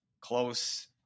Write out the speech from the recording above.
Close